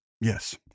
Yes